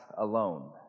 alone